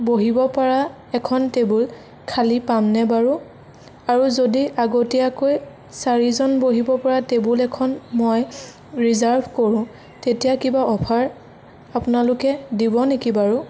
বহিব পৰা এখ্ন টেবুল খালী পামনে বাৰু আৰু যদি আগতীয়াকৈ চাৰিজন বহিব পৰা টেবুল এখন মই ৰিজৰ্ভ কৰো তেতিয়া কিবা অফাৰ আপোনালোকে দিব নেকি বাৰু